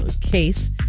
case